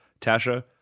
Tasha